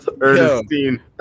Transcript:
Ernestine